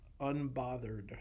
unbothered